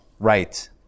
Right